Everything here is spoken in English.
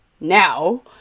Now